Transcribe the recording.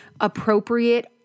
appropriate